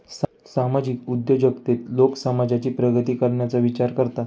सामाजिक उद्योजकतेत लोक समाजाची प्रगती करण्याचा विचार करतात